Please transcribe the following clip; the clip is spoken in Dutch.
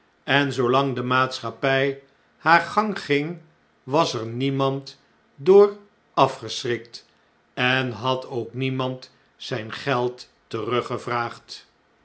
en zoolang de maatschappij haar gang ging was er niemand door afgeschrikt en had ook niemand zijn geld teruggevraagd